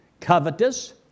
covetous